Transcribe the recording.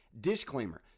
disclaimer